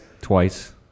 Twice